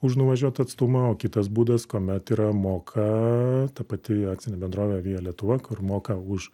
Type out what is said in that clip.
už nuvažiuotą atstumą o kitas būdas kuomet yra moka ta pati akcinė bendrovė via lietuva kur moka už